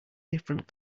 different